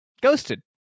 Ghosted